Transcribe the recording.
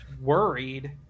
Worried